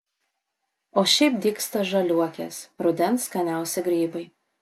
o šiaip dygsta žaliuokės rudens skaniausi grybai